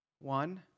One